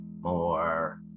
more